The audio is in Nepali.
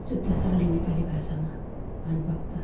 शुद्ध सरल नेपाली भाषामा भानुभक्त